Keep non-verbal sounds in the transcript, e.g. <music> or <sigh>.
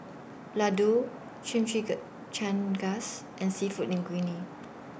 Ladoo <unintelligible> and Seafood Linguine